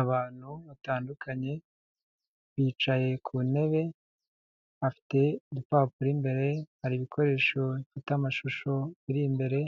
Abantu batandukanye, bicaye ku ntebe bafite udupapuro imbere, hari ibikoresho bifite amashusho biri imbere,